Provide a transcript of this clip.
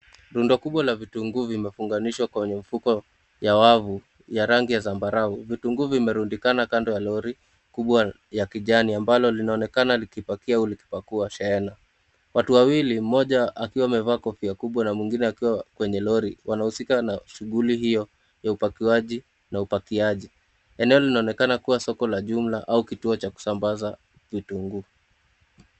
Rundo kubwa la vitunguu vimefunganishwa kwenye mifuko ya wavu ya rangi ya zambarau. Vitunguu vimerundikana kando ya lori kubwa ya kijani ambalo linaonekana likipakia au likipakua shehena. Watu wawili, mmoja akiwa amevaa kofia kubwa na mwingine akiwa kwenye lori , wanahusika na shughuli hiyo ya upakiwaji na upakiaji. Eneo linaonekana kuwa soko la jumla au kituo cha kusambaza vitunguu.